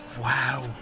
wow